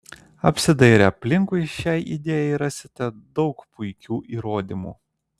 apsidairę aplinkui šiai idėjai rasite daug puikių įrodymų